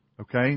okay